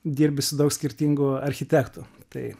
dirbi su daug skirtingų architektų tai